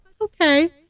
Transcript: okay